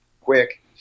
quick